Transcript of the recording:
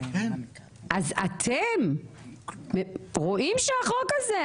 אז אתם רואים שהחוק הזה,